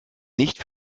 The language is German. nicht